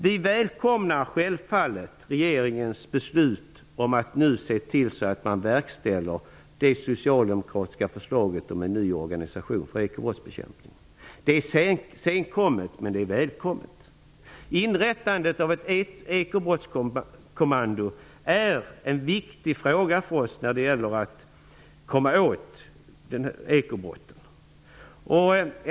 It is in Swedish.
Vi välkomnar självfallet regeringens beslut om att nu se till så att man verkställer det socialdemokratiska förslaget om en ny organisation för ekobrottsbekämpning. Det är senkommet men det är välkommet. Inrättandet av ett ekobrottskommando är en viktig fråga för oss när det gäller att komma åt ekobrotten.